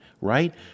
right